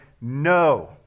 No